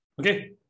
Okay